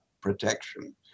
protection